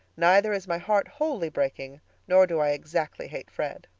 neither is my heart wholly breaking nor do i exactly hate fred.